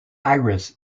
iris